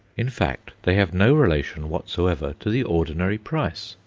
in fact, they have no relation whatsoever to the ordinary price.